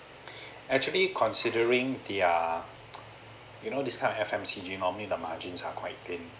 actually considering their you know this kind of F_M_C_G normally the margins are quite thin